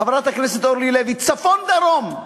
חברת הכנסת אורלי לוי: צפון דרום,